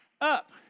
up